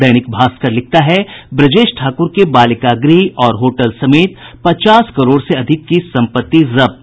दैनिक भास्कर लिखता है ब्रजेश ठाकुर के बालिका गृह और होटल समेत पचास करोड़ से अधिक की सम्पत्ति जब्त